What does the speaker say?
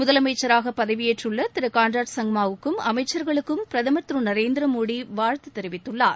முதலமைச்சராக பதவியேற்றுள்ள திரு கான்ராட் சங்மாவுக்கும் அமைச்சர்களுக்கும் பிரதமர் திரு நரேந்திர மோடி வாழ்த்து தெரிவித்துள்ளார்